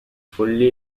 fully